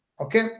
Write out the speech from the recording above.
okay